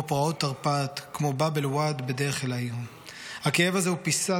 פרעות תרפ"ט / כמו באב אל-ואד בדרך אל העיר // הכאב הזה הוא פיסת